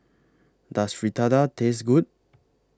Does Fritada Taste Good